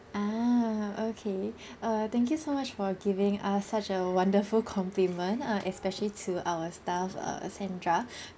ah okay uh thank you so much for giving us such a wonderful compliment uh especially to our staff uh sandra